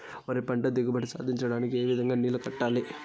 వరి పంట దిగుబడి సాధించడానికి, ఏ విధంగా నీళ్లు కట్టాలి?